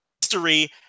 history